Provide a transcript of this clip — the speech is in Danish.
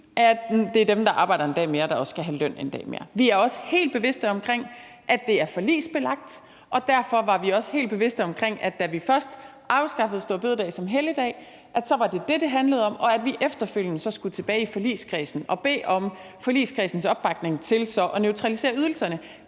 for det er dem, der arbejder en dag mere, der også skal have løn en dag mere. Vi er også helt bevidst om, at det er forligsbelagt, og derfor var vi også helt bevidst om, at da vi først afskaffede store bededag som helligdag, var det, det handlede om, og at vi efterfølgende så skulle tilbage i forligskredsen og bede om forligskredsens opbakning til så at neutralisere ydelserne.